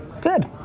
Good